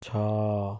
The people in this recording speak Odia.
ଛଅ